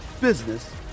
business